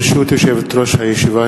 ברשות יושבת-ראש הישיבה,